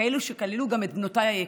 כאלו שכללו גם את בנותיי היקרות.